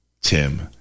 Tim